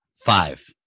Five